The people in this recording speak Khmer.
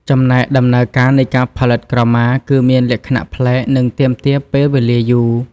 ចំណែកដំណើរការនៃការផលិតក្រមាគឺមានលក្ខណៈប្លែក និងទាមទារពេលវេលាយូរ។